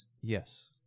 Yes